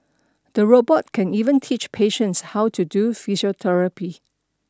the robot can even teach patients how to do physiotherapy